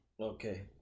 Okay